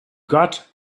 got